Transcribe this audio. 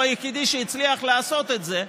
והוא היחידי שהצליח לעשות את זה.